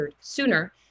sooner